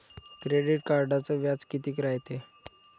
Credit कार्डचं व्याज कितीक रायते?